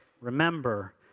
remember